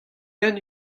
den